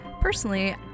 Personally